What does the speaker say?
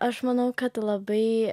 aš manau kad labai